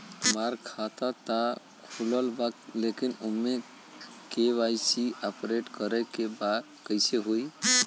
हमार खाता ता खुलल बा लेकिन ओमे के.वाइ.सी अपडेट करे के बा कइसे होई?